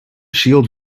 shield